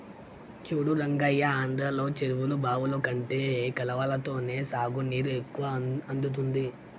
చూడు రంగయ్య ఆంధ్రలో చెరువులు బావులు కంటే కాలవలతోనే సాగునీరు ఎక్కువ అందుతుంది